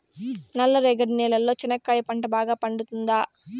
నల్ల రేగడి నేలలో చెనక్కాయ పంట బాగా పండుతుందా?